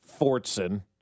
Fortson